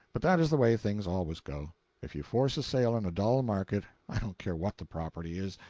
but that is the way things always go if you force a sale on a dull market, i don't care what the property is,